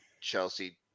Chelsea